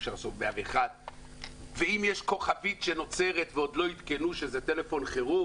אי אפשר לחסום לו 101. ואם יש כוכבית שלא עדכנו עדיין שזה טלפון חירום